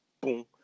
Boom